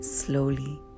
Slowly